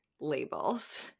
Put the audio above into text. labels